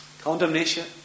Condemnation